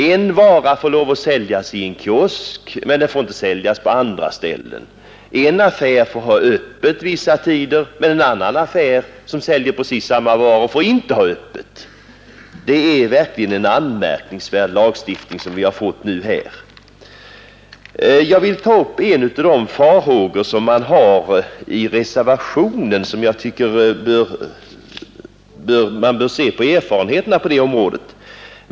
En vara får lov att säljas i en kiosk, men den får inte lov att säljas på andra ställen, en affär får ha öppet vissa tider, men en annan affär som säljer precis samma varor får inte ha öppet. Det är verkligen en anmärkningsvärd lagstiftning som vi har fått här. Jag vill ta upp en del av de farhågor som man har i reservationen. Jag tycker att man bör se på erfarenheterna på det området.